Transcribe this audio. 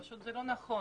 זה פשוט לא נכון.